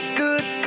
good